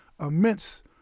immense